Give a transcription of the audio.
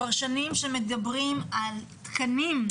כבר שנים שמדברים על תקנים,